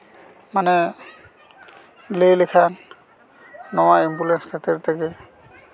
ᱢᱟᱱᱮ ᱞᱟᱹᱭ ᱞᱮᱠᱷᱟᱱ ᱱᱚᱣᱟ ᱮᱢᱵᱩᱞᱮᱱᱥ ᱠᱷᱟᱹᱛᱤᱨ ᱛᱮᱜᱮ